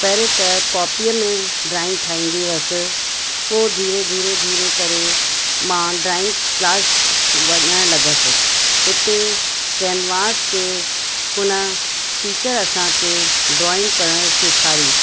पहिरें त कॉपीअ में ड्रॉइंग ठाहींदी हुअसि पोइ धीरे धीरे धीरे करे मां ड्रॉइंग क्लास वञण लॻसि हुते कैनवास ते हुन टीचर असांखे ड्रॉइंग करण सेखारी